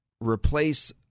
replace